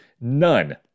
None